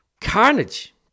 carnage